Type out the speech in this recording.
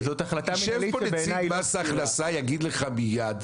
יושב פה נציג מס הכנסה יגיד לך מיד,